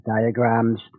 diagrams